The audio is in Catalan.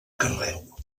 carreu